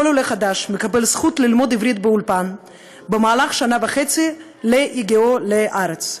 כל עולה חדש מקבל זכות ללמוד עברית באולפן במהלך שנה וחצי בהגיעו לארץ.